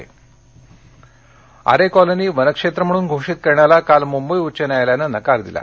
आरे Aarey colony वनक्षेत्र म्हणून घोषित करण्याला काल मुंबई उच्च न्यायालयानं नकार दिला